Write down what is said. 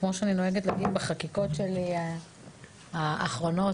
כמו שאני נוהגת לומר בחקירות האחרונות שלי,